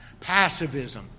passivism